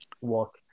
walk